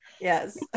yes